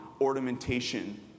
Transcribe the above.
ornamentation